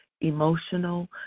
emotional